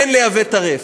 כן לייבא בשר טרף.